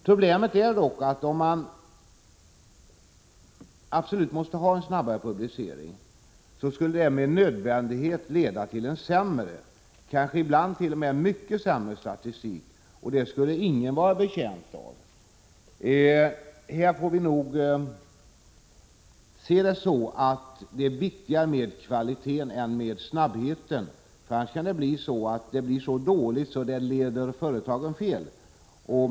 Problemet är dock, att om man absolut måste ha en snabbare publicering, skulle det med nödvändighet leda till en sämre, ibland kanske t.o.m. mycket sämre, statistik. Detta skulle ingen vara betjänt av. Här måste vi nog konstatera att det är viktigare med kvaliteten än med snabbheten. Annars kan kvaliteten bli så dålig att företagen leds fel.